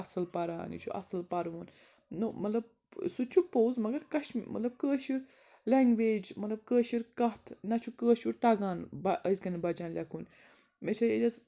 اَصٕل پَران یہِ چھُ اَصٕل پَروُن نہ مطلب سُہ تہِ چھُ پوٚز مگر کَشمیٖر مطلب کٲشِر لٮ۪نٛگویج مطلب کٲشِر کَتھ نہ چھُ کٲشُر تَگان أزۍ کٮ۪ن بَچَن لٮ۪کھُن مےٚ چھِ ییٚتٮ۪تھ